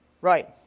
Right